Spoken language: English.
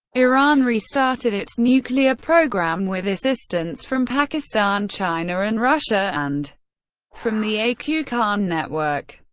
iran restarted its nuclear program, with assistance from pakistan, china, and russia, and from the a q. khan network.